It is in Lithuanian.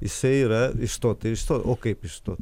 jisai yra išstot tai išstot o kaip išstot